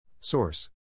Source